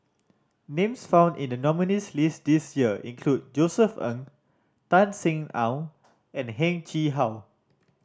names found in the nominees' list this year include Josef Ng Tan Sin Aun and Heng Chee How